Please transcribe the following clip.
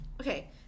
okay